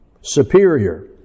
superior